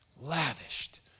lavished